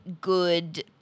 good